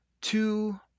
two